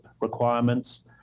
requirements